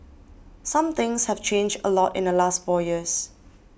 some things have changed a lot in the last four years